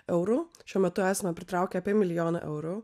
eurų šiuo metu esame pritraukę apie milijoną eurų